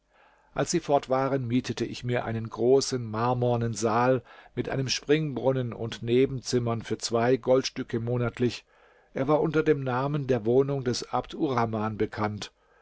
als sie fort waren mietete ich mir einen großen marmornen saal mit einem springbrunnen und nebenzimmern für zwei goldstücke monatlich er war unter dem namen der wohnung des abd urrhaman bekannt